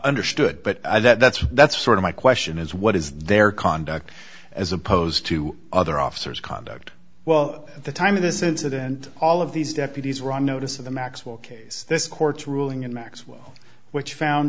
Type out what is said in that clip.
understood but that's that's sort of my question is what is their conduct as opposed to other officers conduct well at the time of this incident all of these deputies were on notice of the maxwell case this court's ruling in maxwell which found